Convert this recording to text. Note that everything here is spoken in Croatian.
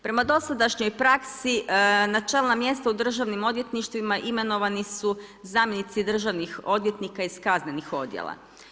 Prema dosadašnjoj praksi na čelna mjesta u državnim odvjetništvima imenovani su zamjenici državnih odvjetnika iz kaznenih odjela.